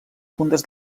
puntes